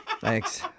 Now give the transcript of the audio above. Thanks